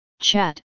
chat